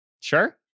Sure